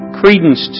credence